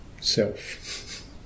self